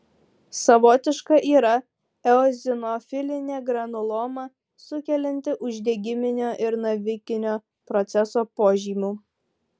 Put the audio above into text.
savotiška yra eozinofilinė granuloma sukelianti uždegiminio ir navikinio proceso požymių